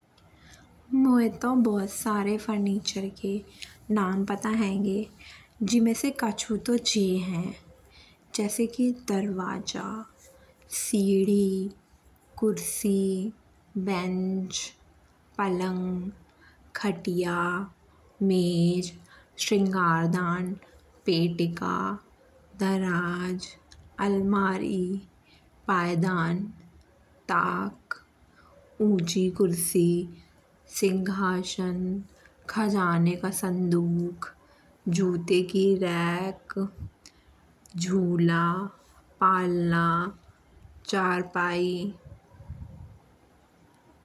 मोये तो बहोत सारे फर्नीचर के नाम पता हेंगे। जिम्मे से कछु तो जे है। जैसे कि दरवाजा, सीढ़ी, कुर्सी, बेंच, पलंग, खाटिया, मेज, सिंघाड़न, पेटिका, दराज, अलमारी। पायदान तक, ऊँची कुर्सी, सिंहासन, खजाने का संदूक, जूटे की रैक, झूल पाळना, चारपाई।